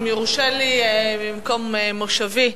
אם יורשה לי ממקום מושבי,